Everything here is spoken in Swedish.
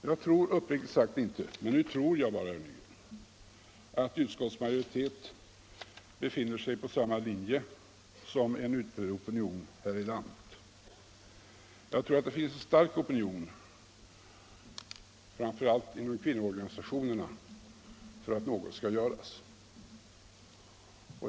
Jag tror uppriktigt sagt inte — men nu tror jag alltså bara — att utskottets majoritet befinner sig på samma linje som en utbredd opinion här i landet. Det finns nämligen en stark opinion, framför allt inom kvinnoorganisationerna, för att något skall göras.